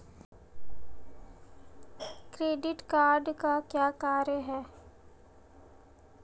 Credit card का क्या कार्य है?